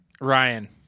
Ryan